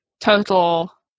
total